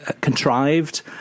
contrived